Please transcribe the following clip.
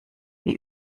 wie